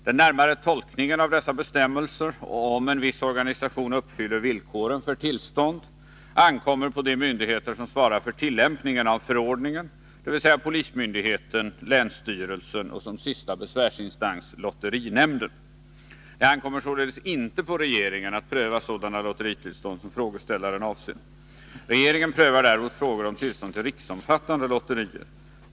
Den närmare tolkningen av dessa bestämmelser och av om en viss organisation uppfyller villkoren för tillstånd ankommer på de myndigheter som svarar för tillämpningen av förordningen, dvs. polismyndigheten, länsstyrelsen och som sista besvärsinstans lotterinämnden. Det ankommer således inte på regeringen att pröva sådana lotteritillstånd som frågeställaren avser. Regeringen prövar däremot frågor om tillstånd till riksomfattande lotterier.